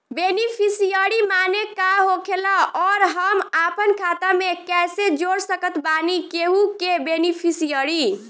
Beneficiary माने का होखेला और हम आपन खाता मे कैसे जोड़ सकत बानी केहु के बेनीफिसियरी?